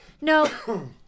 No